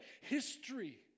history